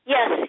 Yes